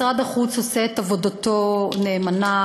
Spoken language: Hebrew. משרד החוץ עושה את עבודתו נאמנה,